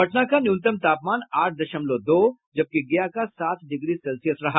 पटना का न्यूनतम तापमान आठ दशमलव दो जबकि गया का सात डिग्री सेल्सियस रहा